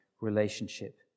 relationship